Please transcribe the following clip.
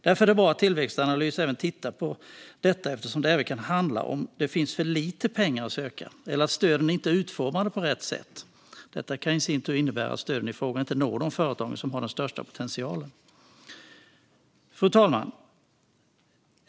Därför är det bra att Tillväxtanalys även tittar på om det till exempel finns för lite pengar att söka eller om stöden inte är utformade på rätt sätt. Det kan i sin tur innebära att stöden inte når de företag som har den största potentialen. Fru talman!